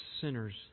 sinners